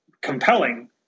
compelling